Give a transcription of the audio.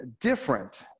different